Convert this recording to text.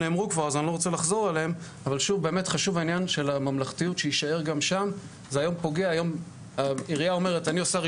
של -- אז אמרתי בהתחלה שאנחנו עוסקים